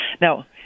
Now